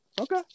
Okay